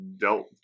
dealt